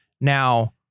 Now